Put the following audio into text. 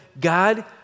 God